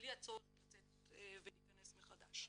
בלי הצורך לצאת ולהיכנס מחדש.